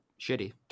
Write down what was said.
shitty